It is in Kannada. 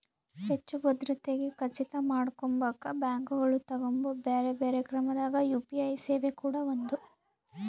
ಹೆಚ್ಚು ಭದ್ರತೆಗೆ ಖಚಿತ ಮಾಡಕೊಂಬಕ ಬ್ಯಾಂಕುಗಳು ತಗಂಬೊ ಬ್ಯೆರೆ ಬ್ಯೆರೆ ಕ್ರಮದಾಗ ಯು.ಪಿ.ಐ ಸೇವೆ ಕೂಡ ಒಂದು